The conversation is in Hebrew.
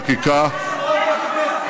נעביר את החקיקה, אם אתה בעד, יש לך רוב בכנסת.